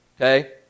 okay